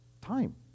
Time